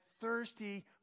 thirsty